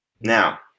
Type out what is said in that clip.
Now